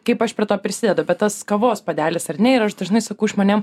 kaip aš prie to prisidedu bet tas kavos puodelis ar ne ir aš dažnai sakau žmonėm